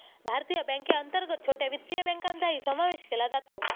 भारतीय बँकेअंतर्गत छोट्या वित्तीय बँकांचाही समावेश केला जातो